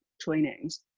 trainings